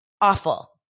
awful